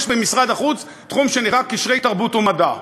יש במשרד החוץ תחום שנקרא קשרי תרבות ומדע.